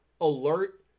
alert